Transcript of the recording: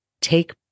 Take